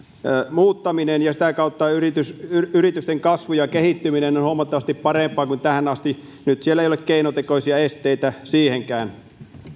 muuttaminen ja sitä kautta yritysten yritysten kasvu ja kehittyminen on huomattavasti parempaa kuin tähän asti nyt siellä ei ole keinotekoisia esteitä siihenkään